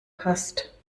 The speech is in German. passt